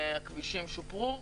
הכבישים שופרו,